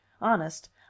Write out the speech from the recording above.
honest